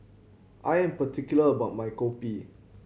I am particular about my Kopi